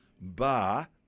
bar